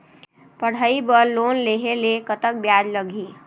पढ़ई बर लोन लेहे ले कतक ब्याज लगही?